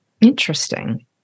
Interesting